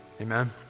Amen